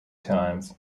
times